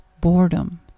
boredom